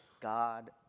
God